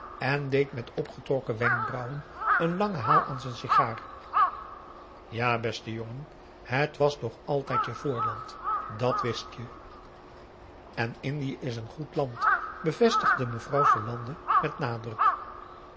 en deed met opgetrokken wenkbrauwen een langen haal aan z'n sigaar ja beste jongen het was toch altijd je voorland dat wist je en indië is een goed land bevestigde mevrouw verlande met